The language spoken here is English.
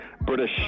british